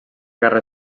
guerra